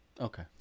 okay